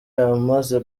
amaze